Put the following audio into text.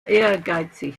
ehrgeizig